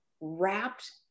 wrapped